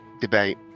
debate